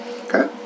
Okay